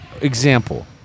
Example